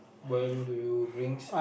where do you brings